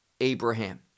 Abraham